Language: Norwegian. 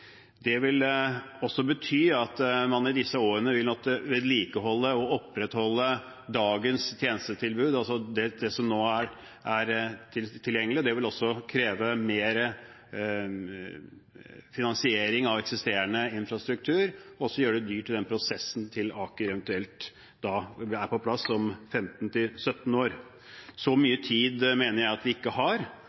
Det vil bety at man i disse årene vil måtte vedlikeholde og opprettholde dagens tjenestetilbud – det som nå er tilgjengelig. Det vil også kreve mer finansiering av eksisterende infrastruktur og gjøre prosessen til Aker eventuelt er på plass om 15–17 år, dyr. Så mye tid mener jeg at vi ikke har,